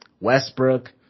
Westbrook